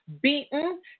beaten